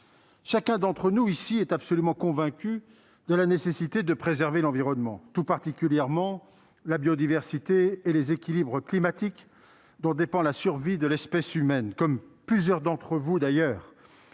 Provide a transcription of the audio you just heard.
Chacun d'entre nous, ici, est absolument convaincu de la nécessité de préserver l'environnement, tout particulièrement la biodiversité et les équilibres climatiques, dont dépend la survie de l'espèce humaine. Comme plusieurs d'entre vous, j'ai